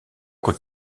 quoi